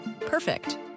Perfect